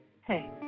Hey